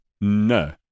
No